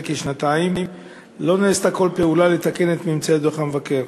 כשנתיים לא נעשתה כל פעולה לתקן את ממצאי דוח המבקר.